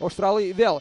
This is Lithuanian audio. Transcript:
australai vėl